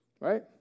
Right